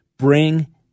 Bring